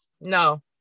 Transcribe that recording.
No